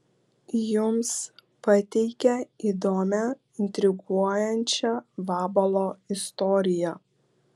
jums pateikia įdomią intriguojančią vabalo istoriją